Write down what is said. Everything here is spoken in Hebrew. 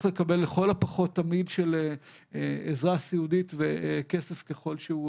לקבל לכל הפחות תמהיל של עזרה סיעודית וכסף ככל שהוא